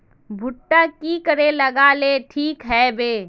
भुट्टा की करे लगा ले ठिक है बय?